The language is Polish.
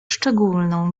szczególną